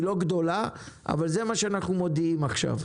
היא לא גדולה אבל זה מה שאנחנו מודיעים עכשיו.